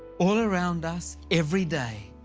all around us every day,